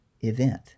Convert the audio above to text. event